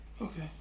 Okay